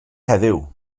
heddiw